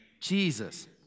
Jesus